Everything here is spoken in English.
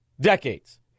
decades